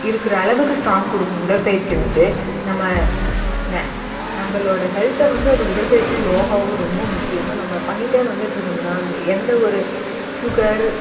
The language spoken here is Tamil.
இருக்கிற அளவுக்கு ஸ்ட்ராங் கொடுக்கும் உடற்பயிற்சி வந்து நம்ம ந நம்மளோட ஹெல்த்தை வந்து அது உடற்பயிற்சி யோகாவும் ரொம்ப முக்கியம் நம்ம பண்ணிகிட்டே வந்துகிட்ருந்தோமுன்னா எந்த ஒரு சுகர்